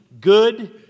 good